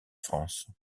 france